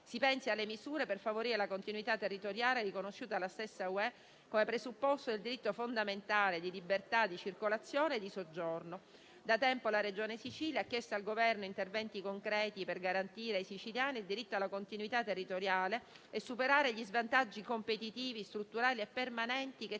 Si pensi alle misure per favorire la continuità territoriale, riconosciuta dalla stessa Unione europea come presupposto del diritto fondamentale di libertà di circolazione e di soggiorno. Da tempo la Regione Sicilia ha chiesto al Governo interventi concreti per garantire ai siciliani il diritto alla continuità territoriale e superare gli svantaggi competitivi strutturali e permanenti che tale discontinuità comporta,